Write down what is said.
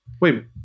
Wait